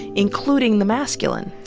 including the masculine.